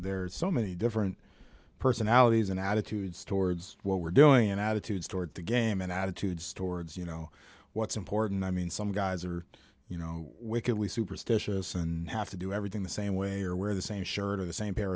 there's so many different personalities and attitudes towards what we're doing in attitudes toward the game and attitudes towards you know what's important i mean some guys are you know wickedly superstitious and have to do everything the same way or wear the same shirt or the same pair